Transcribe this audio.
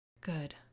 Good